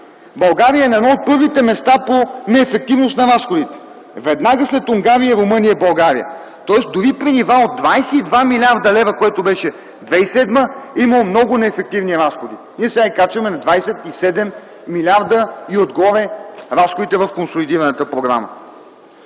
България е на едно от първите места по неефективност на разходите. Веднага след Унгария и Румъния е България. Тоест дори при нива от 22 млрд. лв., което беше през 2007 г., е имало много неефективни разходи. Ние сега качваме разходите в консолидираната програма